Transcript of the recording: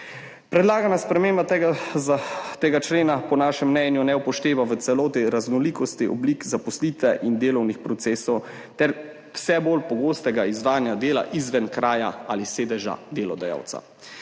Predlagana sprememba tega člena po našem mnenju ne upošteva v celoti raznolikosti oblik zaposlitve in delovnih procesov ter vse bolj pogostega izvajanja dela izven kraja ali sedeža delodajalca.